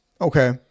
Okay